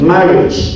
Marriage